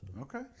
Okay